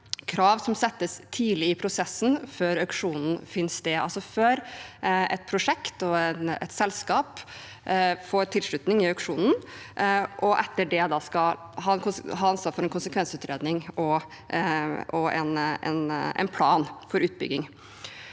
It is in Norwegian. krav som settes tidlig i prosessen, før auksjonen finner sted, altså før et prosjekt og et selskap får tilslutning i auksjonen, og etter det da skal ha ansvar for en konsekvensutredning og en plan for utbygging.